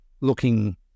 looking